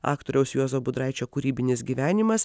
aktoriaus juozo budraičio kūrybinis gyvenimas